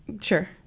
sure